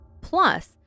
Plus